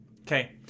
Okay